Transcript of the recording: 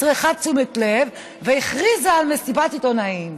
צריכה תשומת לב והכריזה על מסיבת עיתונאים.